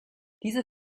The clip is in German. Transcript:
diese